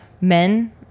men